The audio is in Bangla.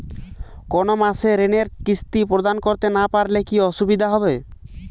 কোনো মাসে ঋণের কিস্তি প্রদান করতে না পারলে কি অসুবিধা হবে?